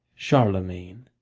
charlemagne.